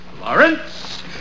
Lawrence